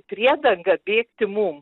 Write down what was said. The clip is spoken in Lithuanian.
priedangą bėgti mum